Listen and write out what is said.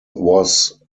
was